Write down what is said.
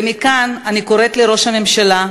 ומכאן אני קוראת לראש הממשלה,